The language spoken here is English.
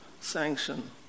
sanction